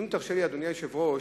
אדוני היושב-ראש,